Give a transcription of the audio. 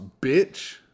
Bitch